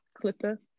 Clipper